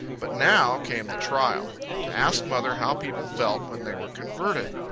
but now came the trial to ask mother how people felt, when they were converted.